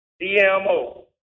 DMO